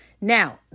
Now